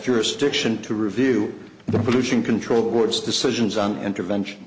jurisdiction to review the pollution control board's decisions on intervention